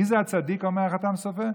מי זה הצדיק, אומר החת"ם סופר?